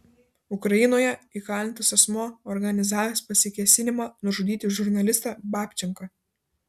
ukrainoje įkalintas asmuo organizavęs pasikėsinimą nužudyti žurnalistą babčenką